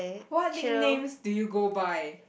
what nicknames do you go by